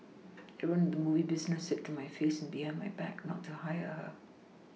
everyone in the movie business said to my face and behind my back not to hire her